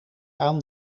aan